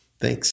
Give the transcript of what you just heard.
thanks